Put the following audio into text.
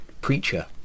preacher